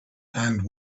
and